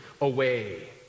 away